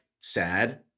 sad